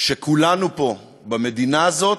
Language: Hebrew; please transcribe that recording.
שכולנו פה, במדינה הזאת,